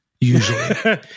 usually